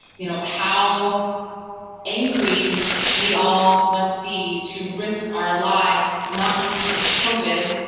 you know how angry we all must be, to risk our lives not just because of covid,